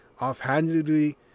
offhandedly